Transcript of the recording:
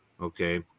Okay